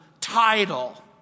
title